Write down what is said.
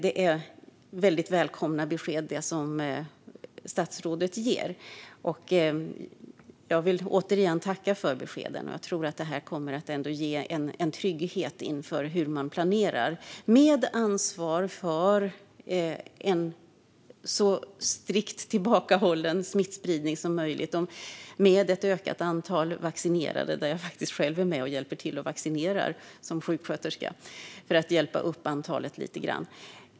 Det är väldigt välkomna besked som statsrådet ger; jag vill återigen tacka för dem. Jag tror att detta ändå kommer att ge en trygghet när man planerar, med ansvar för en så strikt tillbakahållen smittspridning som möjligt och med ett ökat antal vaccinerade. Jag är faktiskt som sjuksköterska själv med och hjälper till att vaccinera för att få upp antalet lite grann.